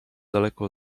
daleko